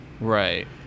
Right